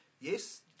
yes